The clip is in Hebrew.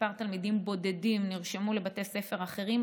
ותלמידים בודדים נרשמו לבתי ספר אחרים,